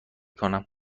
کنم